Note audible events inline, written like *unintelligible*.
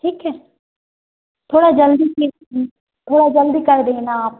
ठीक है थोड़ा जल्दी *unintelligible* थोड़ा जल्दी कर देना आप